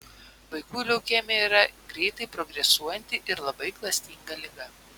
vaikų leukemija yra greitai progresuojanti ir labai klastinga liga